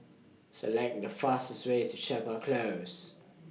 Select The fastest Way to Chapel Close